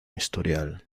historial